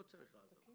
לא צריך לעזור לו.